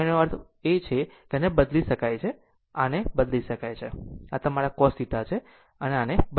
આમ આનો અર્થ એ છે કે આને બદલી શકાય છે તમારા આને બદલી શકાય છે તમારા cos θ